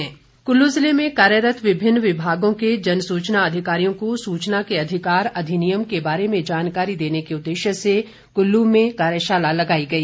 कार्यशाला कुल्लू जिले में कार्यरत विभिन्न विभागों के जनसूचना अधिकारियों को सूचना के अधिकार अधिनियम के बारे जानकारी देने के उद्देश्य से कुल्लू में कार्यशाला लगाई गई